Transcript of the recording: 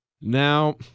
Now